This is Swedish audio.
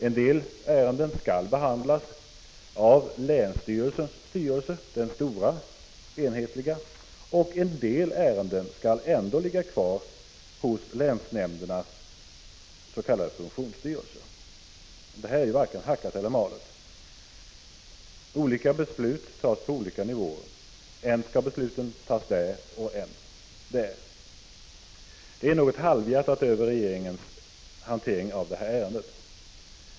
En del ärenden skall behandlas av länsstyrelsens styrelse — den stora, enhetliga — och en del ärenden skall ändå ligga kvar hos de s.k. funktionsstyrelserna. Det här är ju varken hackat eller malet. Olika beslut fattas på olika nivåer — än skall de fattas här och än där. Det är något halvhjärtat över regeringens hantering av ärendet.